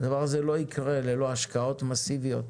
הדבר הזה לא יקרה ללא השקעות מסיביות